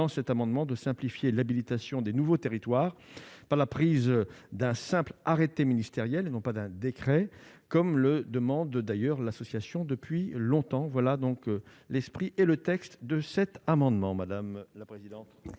dans cet amendement de simplifier l'habilitation des nouveaux territoires par la prise d'un simple arrêté ministériel et non pas d'un décret comme le demande d'ailleurs l'association depuis longtemps, voilà donc l'esprit et le texte de cet amendement, madame la présidente.